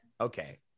Okay